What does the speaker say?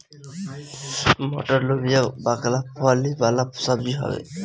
मटर, लोबिया, बकला फली वाला सब्जी हवे